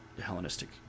Hellenistic